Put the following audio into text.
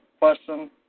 question